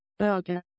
Okay